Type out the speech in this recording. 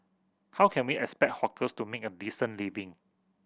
how can we expect hawkers to make a decent living